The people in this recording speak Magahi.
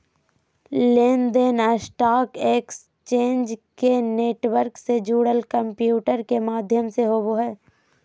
लेन देन स्टॉक एक्सचेंज के नेटवर्क से जुड़ल कंम्प्यूटर के माध्यम से होबो हइ